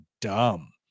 dumb